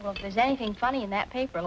well there's anything funny in that paper